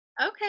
Okay